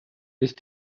ist